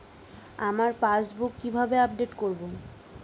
আমার পাসবুক কিভাবে আপডেট করবো?